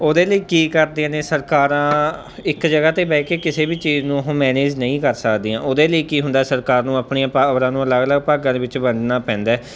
ਉਹਦੇ ਲਈ ਕੀ ਕਰਦੀਆਂ ਨੇ ਸਰਕਾਰਾਂ ਇੱਕ ਜਗ੍ਹਾ 'ਤੇ ਬਹਿ ਕੇ ਕਿਸੇ ਵੀ ਚੀਜ਼ ਨੂੰ ਉਹ ਮੈਨੇਜ ਨਹੀਂ ਕਰ ਸਕਦੀਆਂ ਉਹਦੇ ਲਈ ਕੀ ਹੁੰਦਾ ਸਰਕਾਰ ਨੂੰ ਆਪਣੀਆਂ ਪਾਵਰਾਂ ਨੂੰ ਅਲੱਗ ਅਲੱਗ ਭਾਗਾਂ ਦੇ ਵਿੱਚ ਵੰਡਣਾ ਪੈਂਦਾ